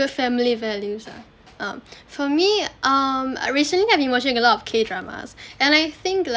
the family values ah um for me um recently I've been watching a lot of K dramas and I think